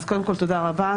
אז קודם כל תודה רבה.